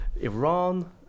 Iran